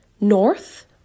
north